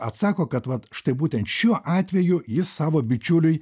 atsako kad vat štai būtent šiuo atveju jis savo bičiuliui